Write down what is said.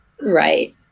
right